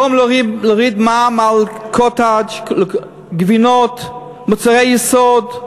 במקום להוריד מע"מ על קוטג', גבינות, מוצרי יסוד,